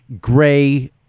gray